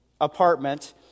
apartment